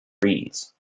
reads